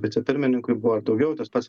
vicepirmininku jų buvo ir daugiau tas pats